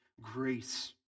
grace